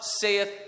saith